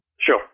Sure